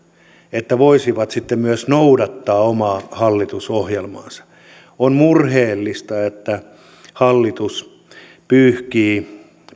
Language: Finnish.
että voisivat sitten myös noudattaa omaa hallitusohjelmaansa on murheellista että hallitus pyyhkii